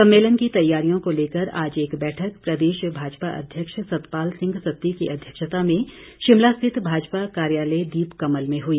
सम्मेलन की तैयारियों को लेकर आज एक बैठक प्रदेश भाजपा अध्यक्ष सतपाल सिंह सत्ती की अध्यक्षता में शिमला स्थित भाजपा कार्यालय दीपकमल में हुई